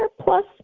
plus